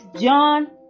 John